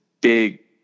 big